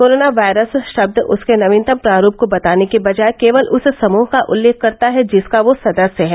corona virus शब्द उसके नवीनतम प्रारूप को बताने की बजाय केवल उस समृह का उल्लेख करता है जिसका वह सदस्य है